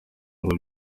ngo